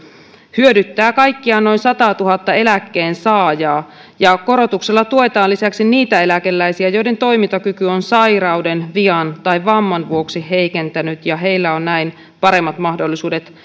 hyödyttää kaikkiaan noin sataatuhatta eläkkeensaajaa korotuksella tuetaan lisäksi niitä eläkeläisiä joiden toimintakyky on sairauden vian tai vamman vuoksi heikentynyt ja heillä on näin paremmat mahdollisuudet